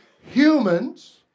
Humans